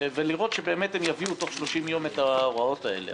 ולראות שבאמת הם יביאו תוך 30 יום את ההוראות האלה,